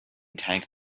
tank